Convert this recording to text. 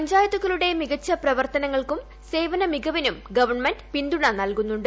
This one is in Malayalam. പഞ്ചായത്തുകളുടെ മികച്ച പ്രവർത്തനങ്ങൾക്കും സേവനമികവിനും ഗവൺമെന്റ് പിന്തുണ നൽകുന്നുണ്ട്